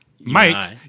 Mike